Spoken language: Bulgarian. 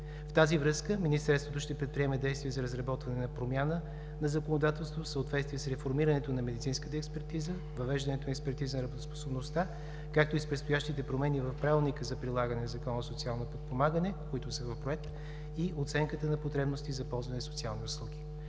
В тази връзка Министерството ще предприеме действия за разработване на промяна на законодателството в съответствие с реформирането на медицинската експертиза, въвеждането на експертиза на работоспособността, както и с предстоящите промени в Правилника за прилагане на Закона за социално подпомагане, които са в проект и оценката на потребности за ползване на социални услуги.